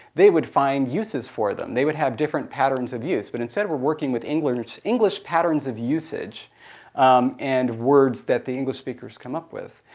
they would find uses for them. they would have different patterns of use, but instead we're working with english english patterns of usage and words that the english speakers come up with.